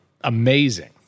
amazing